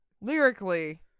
Lyrically